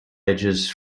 ages